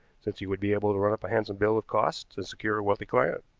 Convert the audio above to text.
since he would be able to run up a handsome bill of costs and secure a wealthy client.